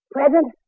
Present